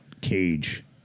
cage